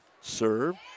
serve